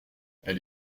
elle